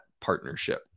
partnership